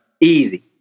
easy